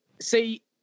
see